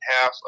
half